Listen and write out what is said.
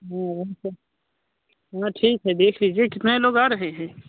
हाँ ठीक है देख लीजिए कितने लोग आ रहे हैं